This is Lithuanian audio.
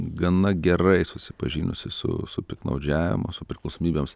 gana gerai susipažinusi su su piktnaudžiavimu su priklausomybėmis